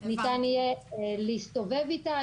ניתן יהיה להסתובב איתה.